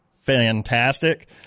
fantastic